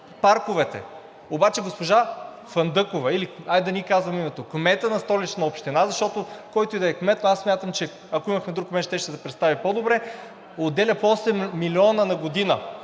парковете. Обаче госпожа Фандъкова, или – хайде да не ѝ казвам името, кметът на Столична община, защото който и да е кмет, но аз смятам, че ако имахме друг кмет, щеше да се представи по-добре – отделя по осем милиона на година.